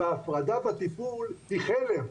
וההפרדה בטיפול היא חלם.